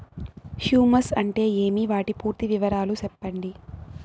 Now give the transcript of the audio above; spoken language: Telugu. హ్యూమస్ అంటే ఏంటి? వాటి పూర్తి వివరాలు సెప్పండి?